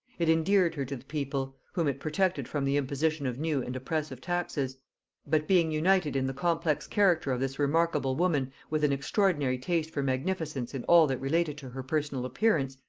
it endeared her to the people, whom it protected from the imposition of new and oppressive taxes but, being united in the complex character of this remarkable woman with an extraordinary taste for magnificence in all that related to her personal appearance,